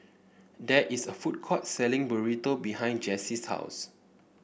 there is a food court selling Burrito behind Jessee's house